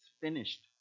finished